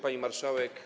Pani Marszałek!